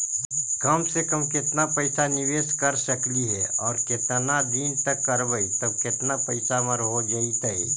कम से कम केतना पैसा निबेस कर सकली हे और केतना दिन तक करबै तब केतना पैसा हमर हो जइतै?